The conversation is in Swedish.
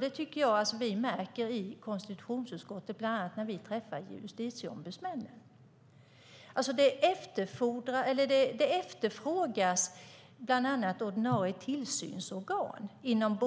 Detta tycker jag att vi märker i konstitutionsutskottet, bland annat när vi träffar justitieombudsmännen. De efterfrågar bland annat ordinarie tillsynsorgan inom